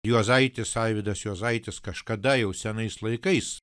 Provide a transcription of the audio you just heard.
juozaitis arvydas juozaitis kažkada jau senais laikais